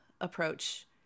approach